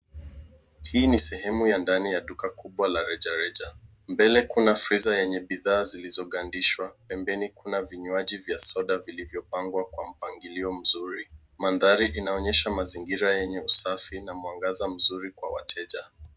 Hii ni sehemu ya ndani ya duka kubwa la rejareja mbele kuna friza yenye bidhaa zilizo gandishwa. Pembeni kuna vinywaji vya soda vilivyo pangwa kwa mpangilio mzuri. Mandhari inaonyesha mazingira yenye usafi na mwangaza mzuri kwa wateja.